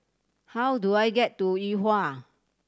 how do I get to Yuhua